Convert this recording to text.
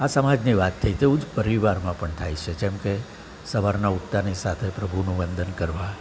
આ સમાજની વાત થઈ તેવું જ પરિવારમાં પણ થાય છે જેમ કે સવારમાં ઉઠતાની સાથે પ્રભુનું વંદન કરવા